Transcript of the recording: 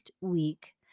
week